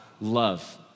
love